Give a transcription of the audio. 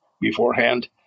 beforehand